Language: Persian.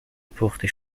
پخته